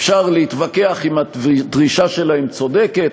אפשר להתווכח אם הדרישה שלהם צודקת,